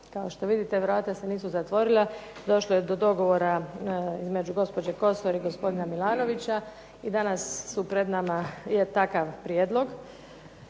Kao što vidite vrata se nisu zatvorila, došlo je do dogovora između gospođe Kosor i gospodina MIlanovića i danas je pred nama takav prijedlog.